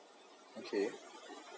okay